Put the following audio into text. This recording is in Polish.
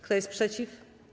Kto jest przeciw?